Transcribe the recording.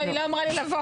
אבל היא לא אמרה לי לבוא.